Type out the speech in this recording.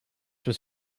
was